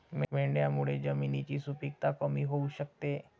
मेंढ्यांमुळे जमिनीची सुपीकता कमी होऊ शकते